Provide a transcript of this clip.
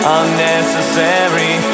unnecessary